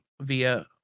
via